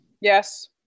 yes